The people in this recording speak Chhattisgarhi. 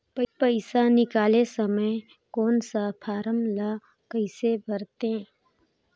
पइसा निकाले समय कौन सा फारम ला कइसे भरते?